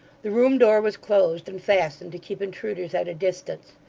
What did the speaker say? the room-door was closed and fastened to keep intruders at a distance,